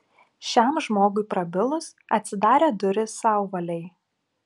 šiam žmogui prabilus atsidarė durys sauvalei